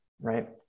right